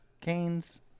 Canes